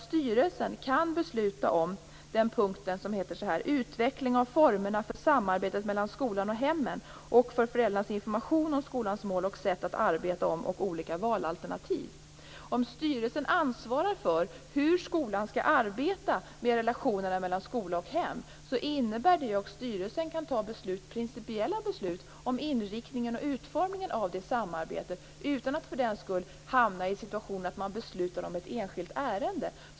Styrelsen kan besluta om den punkt som heter: Utveckling av formerna för samarbetet mellan skolan och hemmen och för föräldrarnas information om skolans mål och sätt att arbeta och olika valalternativ. Om styrelsen ansvarar för hur skolan skall arbeta med relationerna mellan skola och hem innebär det att styrelsen kan fatta principiella beslut om inriktningen och utformningen av det samarbetet utan att för den skull hamna i en situation där man beslutar om ett enskilt ärende.